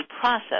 process